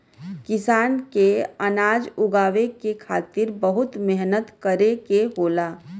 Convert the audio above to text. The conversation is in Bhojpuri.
किसान के अनाज उगावे के खातिर बहुत मेहनत करे के होला